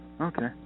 Okay